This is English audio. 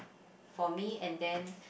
for me and then